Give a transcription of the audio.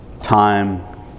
time